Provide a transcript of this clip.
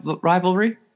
rivalry